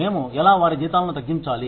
మేము ఎలా వారి జీతాలను తగ్గించాలి